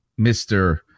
Mr